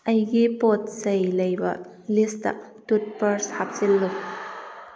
ꯑꯩꯒꯤ ꯄꯣꯠ ꯆꯩ ꯂꯩꯕ ꯂꯤꯁꯇ ꯇꯨꯠꯕ꯭ꯔꯁ ꯍꯥꯞꯆꯤꯜꯂꯨ